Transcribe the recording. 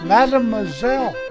Mademoiselle